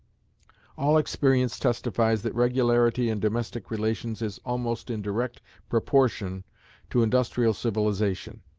all experience testifies that regularity in domestic relations is almost in direct proportion to industrial civilization.